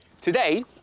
Today